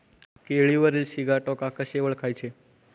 केळीवरील सिगाटोका कसे ओळखायचे?